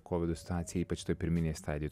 kovido situacija ypač toj pirminėj stadijoj